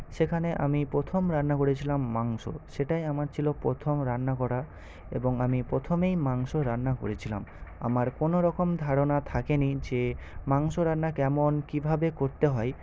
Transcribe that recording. সেখানে আমি প্রথম রান্না করেছিলাম মাংস সেটাই আমার ছিল প্রথম রান্না করা এবং আমি প্রথমেই মাংস রান্না করেছিলাম আমার কোনোরকম ধারণা থাকেনি যে মাংস রান্না কেমন কিভাবে করতে হয়